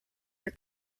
your